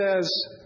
says